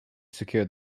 secure